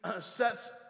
sets